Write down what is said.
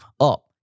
up